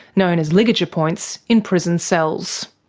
known as ligature points, in prison cells.